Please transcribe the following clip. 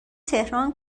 تهران